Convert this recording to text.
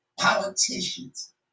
politicians